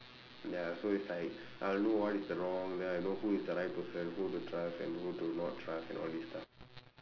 ya so it's like I will know what is the wrong then I know who is the right person who to trust and who to not trust and all these stuff lah